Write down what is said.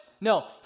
No